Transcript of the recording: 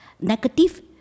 negative